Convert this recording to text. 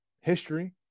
history